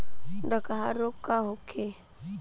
डकहा रोग का होखे?